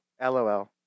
LOL